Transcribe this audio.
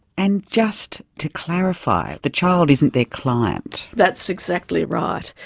and just to clarify, the child isn't their client. that's exactly right.